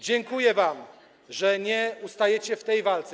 Dziękuję wam, że nie ustajecie w tej walce.